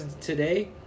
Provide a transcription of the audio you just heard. Today